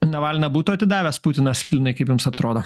navalną būtų atidavęs putinas linai kaip jums atrodo